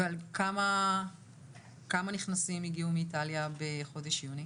כמה נכנסים הגיעו מאיטליה בחודש יוני?